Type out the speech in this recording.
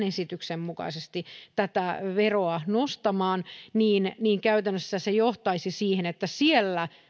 esityksen mukaisesti tätä veroa nostamaan se olisi käytännössä johtanut siihen että siellä